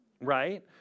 right